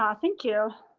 um thank you!